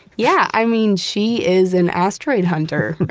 yeah i mean, she is an asteroid hunter.